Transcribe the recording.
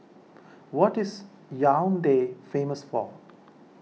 what is Yaounde famous for